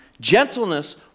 Gentleness